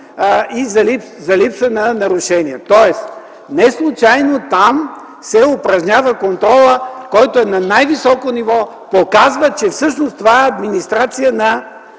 и липса на нарушения. Тоест неслучайно там се упражнява контрола, който е на най високо ниво, и показва, че всъщност това е администрация на